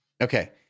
Okay